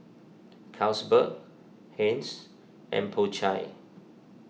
Carlsberg Heinz and Po Chai